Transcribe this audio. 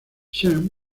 sean